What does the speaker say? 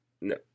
No